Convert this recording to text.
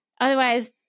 Otherwise